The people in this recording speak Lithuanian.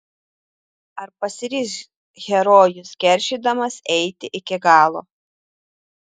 ar pasiryš herojus keršydamas eiti iki galo